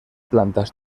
plantas